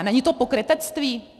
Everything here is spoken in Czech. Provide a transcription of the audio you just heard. Není to pokrytectví?